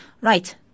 Right